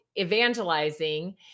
evangelizing